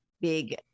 big